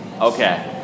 Okay